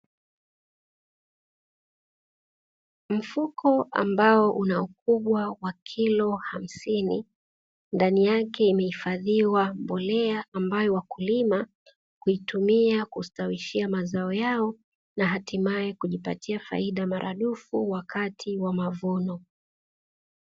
Mfuko ambao una ukubwa wa kilo hamsini, ndani yake imehifadhiwa mbolea ambayo wakulima huitumia kustawishia mazao yao na hatimaye kujipatia faida maradufu, wakati wa mavuno.